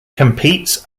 competes